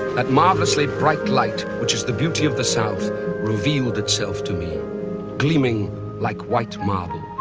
that marvelously bright light which is the beauty of the south revealed itself to me gleaming like white marble.